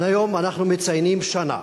היום אנחנו מציינים שנה